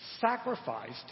sacrificed